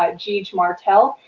ah geeg martel.